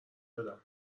دادن